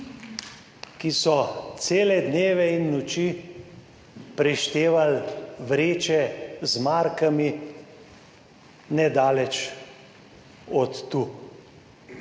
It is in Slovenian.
ki so cele dneve in noči preštevali vreče z markami. Nedaleč od tu